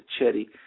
Chetty